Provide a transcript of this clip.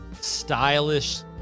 stylish